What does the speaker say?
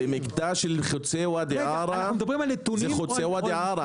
למקטע של חוצה ואדי ערה, זה חוצה ואדי ערה.